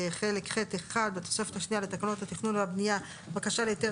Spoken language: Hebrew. זה חלק ח'1 בתוספת השנייה לתקנות התכנון והבנייה (בקשה להיתר,